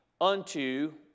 unto